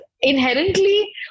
inherently